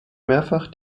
mehrfach